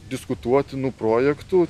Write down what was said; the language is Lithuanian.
diskutuotinų projektų